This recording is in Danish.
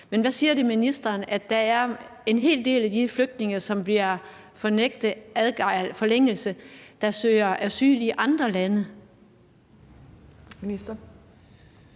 Men hvad siger det ministeren, at der er en hel del af de flygtninge, som bliver nægtet forlængelse, der søger asyl i andre lande?